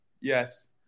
Yes